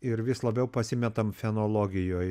ir vis labiau pasimetam fenologijoj